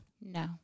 no